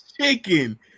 chicken